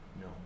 No